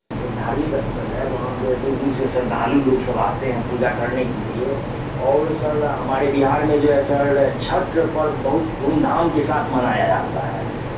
एक धार्मिक स्थल है वहाँ पर दूर दूर से श्रद्धालु लोग सब आते हैं पूजा करने के लिए और सर हमारे बिहार में जो है सर छठ पर्व बहुत धूमधाम के साथ मनाया जाता है